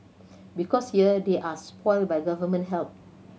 because here they are spoilt by Government help